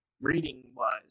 reading-wise